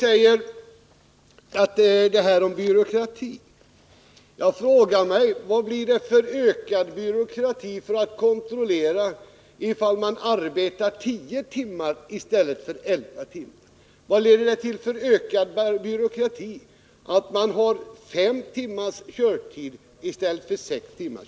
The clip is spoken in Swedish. Beträffande talet om byråkrati vill jag fråga hur det kan leda till ökad byråkrati om man kontrollerar ifall en person arbetar högst tio timmar i stället för högst elva timmar. Hur kan det leda till ökad byråkrati om en person skall ha högst fem timmars körtid i stället för högst sex timmar?